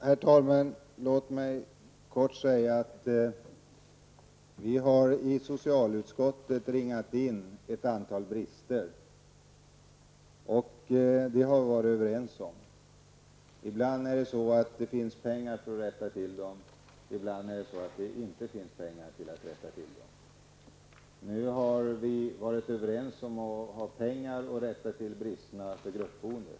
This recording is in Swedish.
Herr talman! Låt mig kort säga att vi i socialutskottet har ringat in ett antal brister, och dessa har vi varit överens om. Ibland finns det pengar till att avhjälpa bristerna, och ibland finns det inga pengar. Vi är nu överens om att satsa pengar på att rätta till bristerna inom gruppboendet.